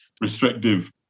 restrictive